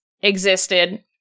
existed